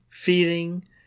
feeding